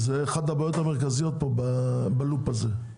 זאת אחת הבעיות המרכזיות בלופ הזה.